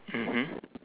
mmhmm